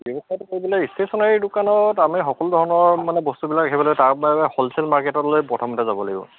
ব্যৱস্থাটো কৰিবলৈ ষ্টেচনাৰী দোকানত আমি সকলো ধৰণৰ মানে বস্তুবিলাক ৰাখিব লাগিব তাৰবাবে আমি হ'লচেল মাৰ্কেটলৈ প্ৰথমতে যাব লাগিব